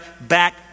back